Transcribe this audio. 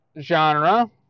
genre